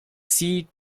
jay